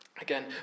Again